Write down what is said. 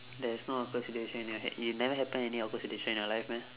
there's no awkward situation in your head you never happen any awkward situation in your life meh